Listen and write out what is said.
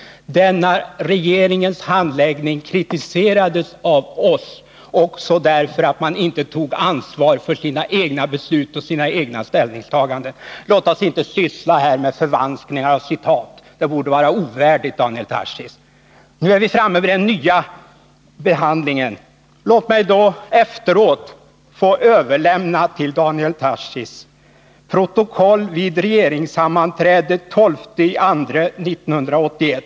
Denna regeringens handläggning kritiserades av oss också därför att man inte tog ansvar för sina egna beslut och sina egna ställningstaganden. Låt oss inte syssla här med förvanskningar av citat. Det borde vara ovärdigt Daniel Tarschys. Nu är vi framme vid den nya behandlingen. Låt mig då i efterskott få överlämna till Daniel Tarschys protokoll från regeringssammanträdet den 12 februari 1981.